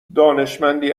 دانشمندی